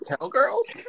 Cowgirls